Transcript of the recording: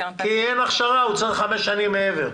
כי אין הכשרה, הוא צריך חמש שנים מעבר.